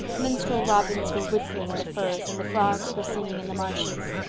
minstrel robins were whistling in the firs and the frogs were singing in the marshes.